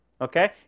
okay